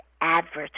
advertise